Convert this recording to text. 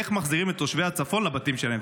איך מחזירים את תושבי הצפון לבתים שלהם.